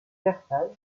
versailles